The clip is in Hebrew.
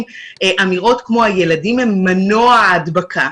אמירות כמו "הילדים הם מנוע הדבקה",